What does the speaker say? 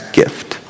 gift